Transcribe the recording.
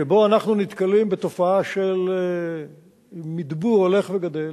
שבו אנחנו נתקלים בתופעה של מדבור הולך וגדל,